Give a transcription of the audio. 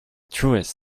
truest